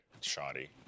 shoddy